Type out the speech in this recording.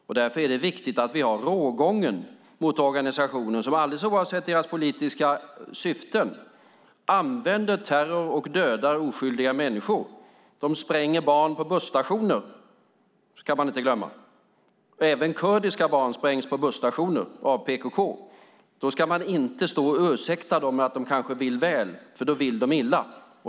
Det är viktigt att vi har rågången klar mot organisationer som, alldeles oavsett deras politiska syften, använder terror och dödar oskyldiga människor. De spränger barn på busstationer. Det ska man inte glömma. Även kurdiska barn sprängs på busstationer av PKK. Då ska man inte ursäkta dem med att de kanske vill väl, för då vill de illa.